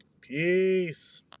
Peace